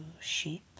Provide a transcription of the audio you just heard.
sheep